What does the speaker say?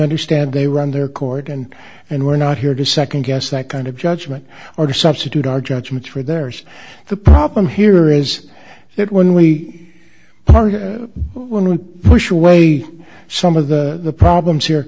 understand they run their court and and we're not here to nd guess that kind of judgment or substitute our judgment for there's the problem here is that when we when we push away some of the problems here